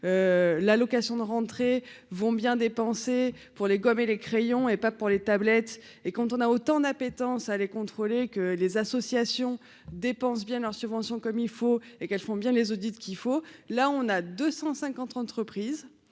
l'allocation de rentrée vont bien dépensé pour les gommes et les crayons et pas pour les tablettes et quand on a autant d'appétence allait contrôler que les associations dépense bien en subventions comme il faut et qu'elles font bien les audits qu'il faut, là on a 250 entreprises